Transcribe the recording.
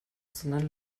sondern